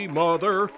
mother